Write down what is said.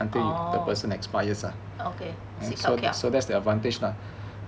orh okay